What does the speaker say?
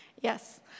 Yes